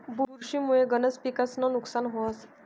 बुरशी मुये गनज पिकेस्नं नुकसान व्हस